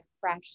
fresh